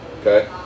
Okay